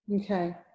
Okay